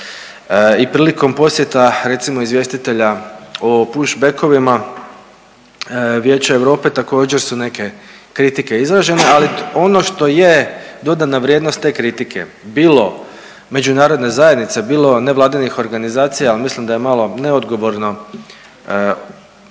I prilikom posjeta recimo izvjestitelja o push-backovima Vijeće Europe također su neke kritike izražena, ali ono što je dodana vrijednost te kritike, bilo međunarodne zajednice bilo nevladinih organizacija, ali mislim da je malo neodgovorno